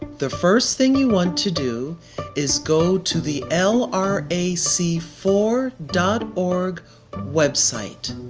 the first thing you want to do is go to the l r a c four dot org website.